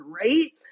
right